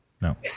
No